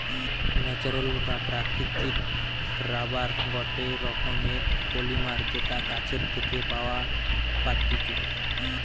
natural বা প্রাকৃতিক rubber গটে রকমের পলিমার যেটা গাছের থেকে পাওয়া পাত্তিছু